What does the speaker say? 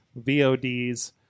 VODs